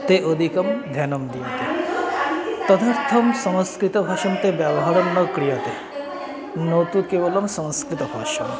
ते अधिकं ध्यानं दीयन्ते तदर्थं संस्कृतभाषायां ते व्यवहारं न क्रियन्ते न तु केवलं संस्कृतभाषा